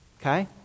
okay